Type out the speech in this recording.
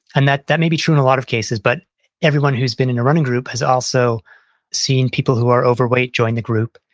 and that that may be true in a lot of cases. but everyone who's been in a running group has also seen people who are overweight join the group,